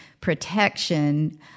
protection